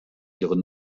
ihre